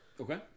Okay